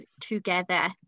together